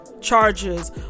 charges